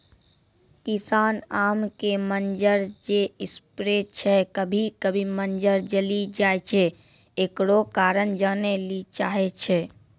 किसान आम के मंजर जे स्प्रे छैय कभी कभी मंजर जली जाय छैय, एकरो कारण जाने ली चाहेय छैय?